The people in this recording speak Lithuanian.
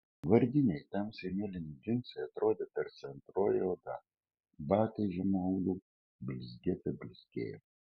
vardiniai tamsiai mėlyni džinsai atrodė tarsi antroji oda batai žemu aulu blizgėte blizgėjo